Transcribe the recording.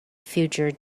future